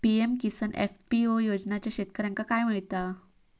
PM Kisan FPO योजनाच्यात शेतकऱ्यांका काय मिळता?